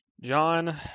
John